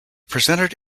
presented